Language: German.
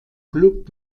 club